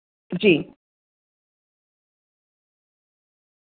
जी